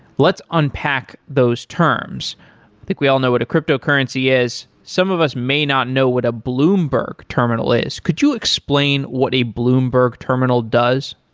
let's unpack those terms. i think we all know what a cryptocurrency is. some of us may not know what a bloomberg terminal is. could you explain what a bloomberg terminal does?